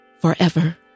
forever